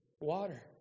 water